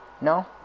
No